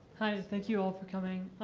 hi. and thank you all for coming.